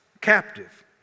captive